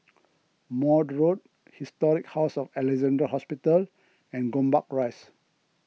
Maude Road Historic House of Alexandra Hospital and Gombak Rise